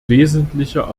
wesentlicher